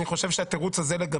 נשמעו הצעות במליאה להעביר את זה גם